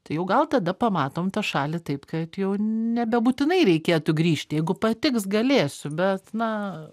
tai jau gal tada pamatom tą šalį taip kad jau nebebūtinai reikėtų grįžti jeigu patiks galėsiu bet na